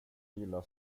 gillar